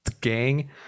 gang